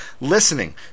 listening